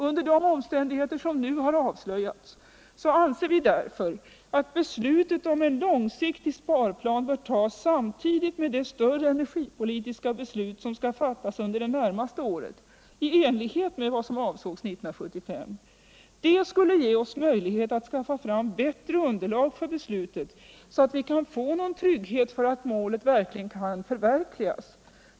Under de omständigheter som nu har avslöjats anser vi därför, att avgörandet om en långsiktig sparplan bör ske samtidigt med det större energipolitiska beslut som skall fattas under det närmaste året i enlighet med vad som avsågs 1975. Det skulle ge oss möjlighet att skaffa fram bättre underlag för beslutet, så att vi får någon trygghet för att målet verkligen kan nås.